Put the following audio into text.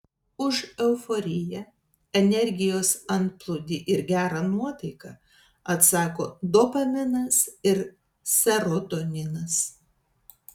už euforiją energijos antplūdį ir gerą nuotaiką atsako dopaminas ir serotoninas